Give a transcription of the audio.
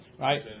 right